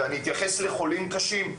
ואני אתייחס לחולים קשים,